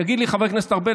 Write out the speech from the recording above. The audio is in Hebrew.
יגיד לי חבר הכנסת ארבל,